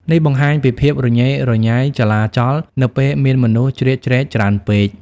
នេះបង្ហាញពីភាពរញ៉េរញ៉ៃ ចលាចល នៅពេលមានមនុស្សជ្រៀតជ្រែកច្រើនពេក។